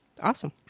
Awesome